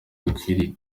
bikwiriye